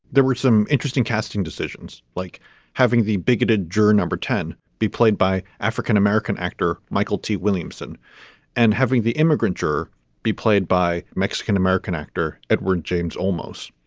there were some interesting casting decisions like having the bigoted juror number ten be played by african-american actor michael t williamson and having the immigrant to be played by mexican-american actor edward james olmos.